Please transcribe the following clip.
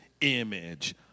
image